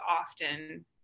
often